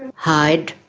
hide,